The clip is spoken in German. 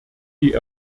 die